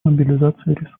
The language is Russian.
мобилизация